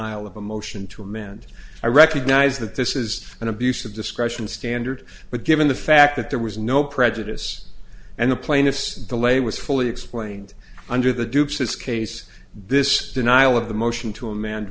nihil of a motion to amend i recognize that this is an abuse of discretion standard but given the fact that there was no prejudice and the plaintiff's delay was fully explained under the dupes this case this denial of the motion to aman